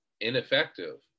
ineffective